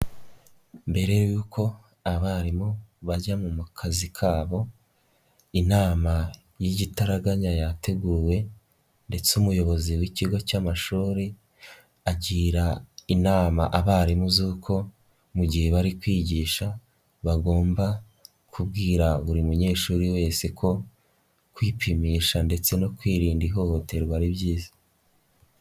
Mbere y'uko abarimu bajya mu kazi kabo inama y'igitaraganya yateguwe ndetse umuyobozi w'ikigo cy'amashuri agira inama abarimu z'uko mu gihe bari kwigisha bagomba kubwira buri munyeshuri wese ko kwipimisha ndetse no kwirinda ihohoterwa ari byizayiza.